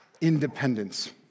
independence